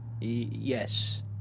Yes